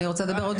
אני רוצה לדבר עוד.